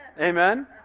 Amen